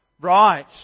Right